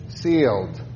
sealed